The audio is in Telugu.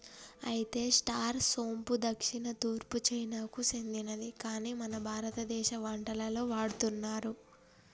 అయితే స్టార్ సోంపు దక్షిణ తూర్పు చైనాకు సెందినది కాని మన భారతదేశ వంటలలో వాడుతున్నారు